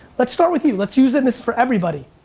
let's start with you, let's use and this for everybody.